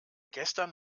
gestern